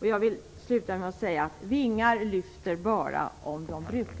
Jag vill sluta med att säga: Vingar lyfter bara om de brukas.